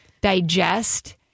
digest